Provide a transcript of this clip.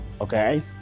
Okay